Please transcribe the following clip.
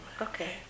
Okay